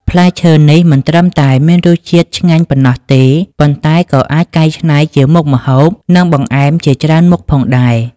ផ្លែឈើនេះមិនត្រឹមតែមានរសជាតិឆ្ងាញ់ប៉ុណ្ណោះទេ ប៉ុន្តែក៏អាចកែច្នៃជាមុខម្ហូប និងបង្អែមជាច្រើនមុខផងដែរ។